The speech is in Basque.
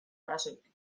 arazorik